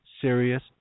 serious